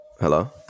hello